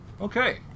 Okay